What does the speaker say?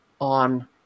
on